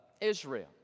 Israel